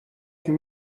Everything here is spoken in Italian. più